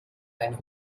einen